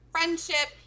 Friendship